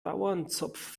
bauernzopf